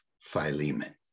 Philemon